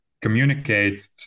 communicate